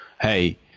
hey